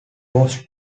was